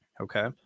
Okay